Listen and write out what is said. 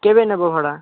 କେବେ ନେବ ଭଡ଼ା